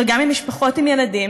אבל גם ממשפחות עם ילדים,